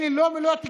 אלה לא מילות גנאי,